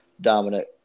dominant